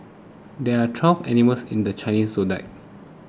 there are twelve animals in the Chinese zodiac